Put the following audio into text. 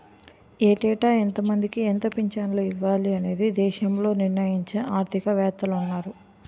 ఏటేటా ఎంతమందికి ఎంత పింఛను ఇవ్వాలి అనేది దేశంలో నిర్ణయించే ఆర్థిక వేత్తలున్నారు